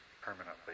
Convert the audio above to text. permanently